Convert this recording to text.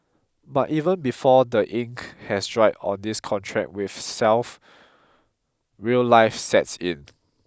but even before the ink has dried on this contract with self real life sets in